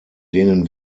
denen